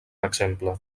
exemple